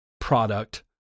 product